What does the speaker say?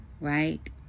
right